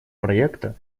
проекта